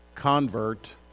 convert